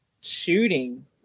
shooting